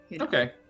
Okay